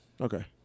Okay